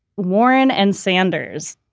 warren and sanders.